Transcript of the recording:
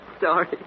sorry